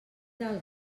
del